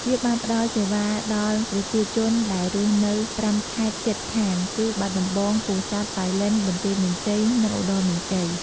វាបានផ្ដល់សេវាដល់ប្រជាជនដែលរស់នៅ៥ខេត្តជិតខាងគឺ បាត់ដំបង ពោធិ៍សាត់ ប៉ៃលិន បន្ទាយមានជ័យ និង ឧត្តរមានជ័យ។